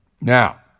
Now